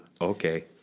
Okay